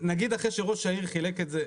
נגיד אחרי שראש העיר חילק את זה.